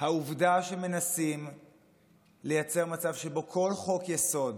העובדה היא שמנסים לייצר מצב שבו כל חוק-יסוד